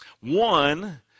One